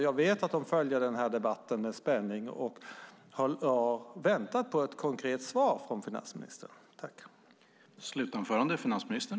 Jag vet att de följer den här debatten med spänning och väntar på ett konkret svar från finansministern.